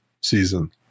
season